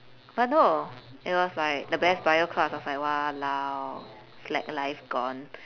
but no it was like the best bio class I was like !walao! slack life gone